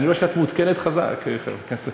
אני רואה שאת מעודכנת היטב, חברת הכנסת.